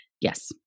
Yes